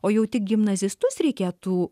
o jau tik gimnazistus reikėtų